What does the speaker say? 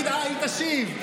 היא תשיב לך.